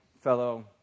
fellow